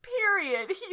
Period